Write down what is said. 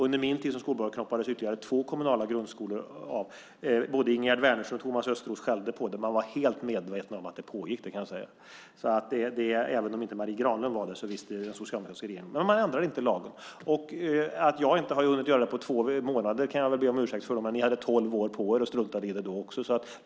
Under min tid som skolborgarråd knoppades ytterligare två kommunala grundskolor av. Både Ingegerd Wärnersson och Thomas Östros skällde över det. Man var helt medveten om att det pågick, kan jag säga. Även om inte Marie Granlund var det, visste den socialdemokratiska regeringen det. Men man ändrade inte lagen. Att jag inte har hunnit göra det på två månader kan jag väl be om ursäkt för, men ni hade tolv år på er och struntade i det då.